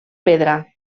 pedra